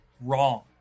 wrong